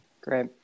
Great